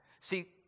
See